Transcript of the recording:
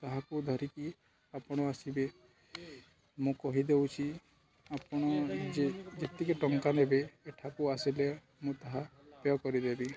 କାହାକୁ ଧରିକି ଆପଣ ଆସିବେ ମୁଁ କହିଦଉଛି ଆପଣ ଯେ ଯେତିକି ଟଙ୍କା ନେବେ ଏଠାକୁ ଆସିଲେ ମୁଁ ତାହା ପେ କରିଦେବି